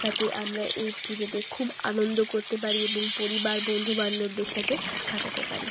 যাতে আমরা এই পুজোতে খুব আনন্দ করতে পারি এবং পরিবার বন্ধু বান্ধবদের সাথে কাটাতে পারি